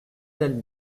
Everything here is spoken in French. d’elle